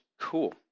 cool